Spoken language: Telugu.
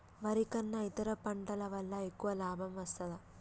వరి కన్నా ఇతర పంటల వల్ల ఎక్కువ లాభం వస్తదా?